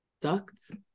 ducts